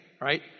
right